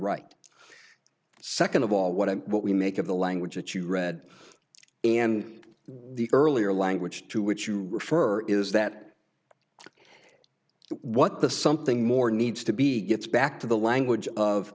right second of all what i what we make of the language that you read and the earlier language to which you refer is that what the something more needs to be gets back to the language of